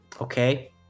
Okay